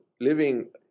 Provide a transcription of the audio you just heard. Living